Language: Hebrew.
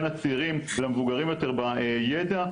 בין הצעירים למבוגרים יותר בידע.